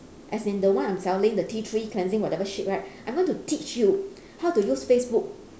as in the one I'm selling the tea tree cleansing whatever shit right I'm going to teach you how to use facebook